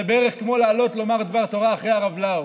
זה בערך כמו לעלות לומר דבר תורה אחרי הרב לאו,